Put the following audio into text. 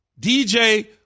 DJ